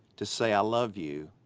to say i love you,